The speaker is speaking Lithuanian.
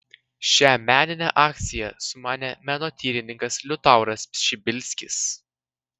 šią meninę akciją sumanė menotyrininkas liutauras pšibilskis